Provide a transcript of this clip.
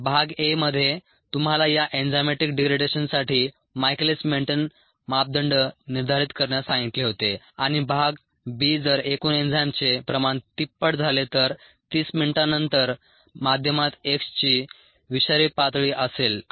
भाग a मध्ये तुम्हाला या एन्झाइमॅटिक डिग्रेडेशनसाठी मायकेलिस मेंटेन मापदंड निर्धारित करण्यास सांगितले होते आणि भाग b जर एकूण एन्जाइमचे प्रमाण तिप्पट झाले तर 30 मिनिटांनंतर माध्यमात X ची विषारी पातळी असेल का